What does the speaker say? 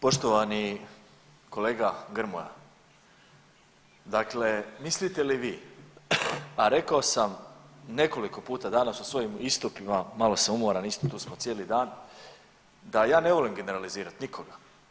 Poštovani kolega Grmoja, dakle mislite li vi, a rekao sam nekoliko puta danas u svojim istupima, malo sam umoran, tu smo cijeli dan, da ja ne volim generalizirati nikoga.